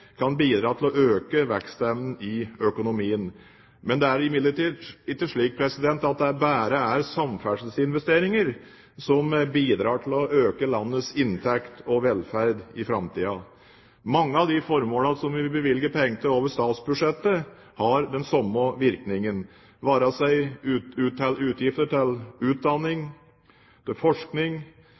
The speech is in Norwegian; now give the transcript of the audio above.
bidra til å øke vekstevnen i økonomien. Det er imidlertid ikke slik at det bare er samferdselsinvesteringer som bidrar til å øke landets inntekter og velferd i framtiden. Mange av de formål vi bevilger penger til over statsbudsjettet, har den samme virkningen. Det gjelder f.eks. utgifter til utdanning, forskning, helsetjenester – til